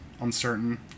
uncertain